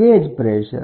gauge pressure